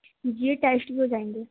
جی یہ ٹیسٹ بھی ہو جائیں گے